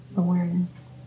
awareness